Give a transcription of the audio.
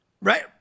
Right